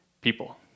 people